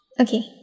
Okay